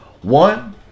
One